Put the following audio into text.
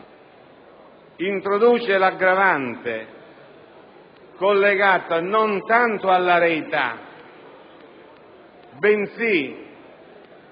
introduce l'aggravante collegata non tanto alla reità quanto